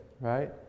right